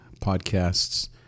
podcasts